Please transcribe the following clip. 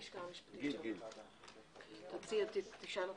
בתהליך של הסדרת עיסוק שותפנו וגם על זה